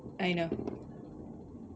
I know